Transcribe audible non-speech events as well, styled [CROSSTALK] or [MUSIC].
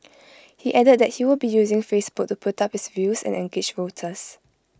[NOISE] he added that he will be using Facebook to put up his views and engage voters